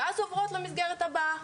ואז עוברות למסגרת הבאה.